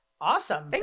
awesome